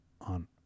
on